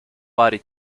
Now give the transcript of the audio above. vari